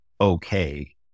okay